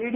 ಇಡಿ